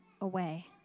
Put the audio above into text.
away